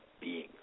beings